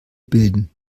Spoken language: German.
bilden